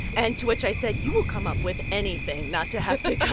and to which i said, you will come up with anything not to have to